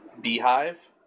Beehive